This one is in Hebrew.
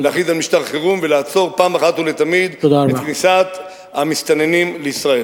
להכריז משטר חירום ולעצור אחת ולתמיד את כניסת המסתננים לישראל.